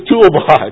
toolbox